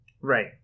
Right